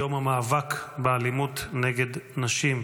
יום המאבק באלימות כלפי נשים.